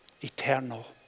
eternal